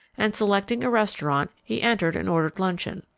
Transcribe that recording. and, selecting a restaurant, he entered and ordered luncheon.